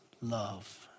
love